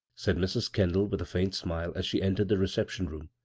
said mrs. kendall, with a faint smile as she entered the reception-room,